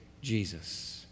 Jesus